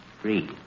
free